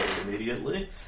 immediately